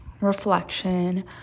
reflection